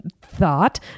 thought